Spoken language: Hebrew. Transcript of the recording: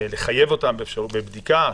לחייב עובדים בבדיקה.